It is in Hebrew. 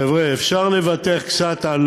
חבר'ה, אפשר לוותר קצת על